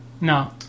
No